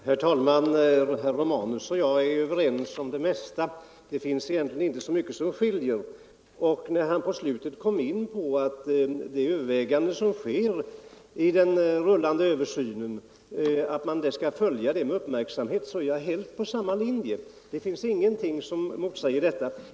Herr talman! Herr Romanus och jag är överens om det mesta. Det finns egentligen inte så mycket som skiljer. När han på slutet säger att man vid de överväganden som sker i samband med den rullande översynen skall följa denna fråga med uppmärksamhet, så är jag helt på samma linje.